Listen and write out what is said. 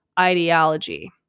ideology